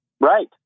Right